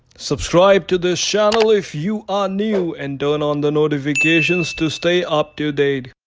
subscribe to this channel if you are new and done on the notifications to stay up to date